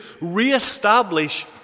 reestablish